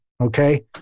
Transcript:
Okay